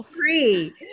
free